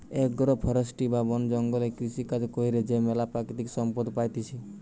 agro forestry বা বন জঙ্গলে কৃষিকাজ কইরে যে ম্যালা প্রাকৃতিক সম্পদ পাইতেছি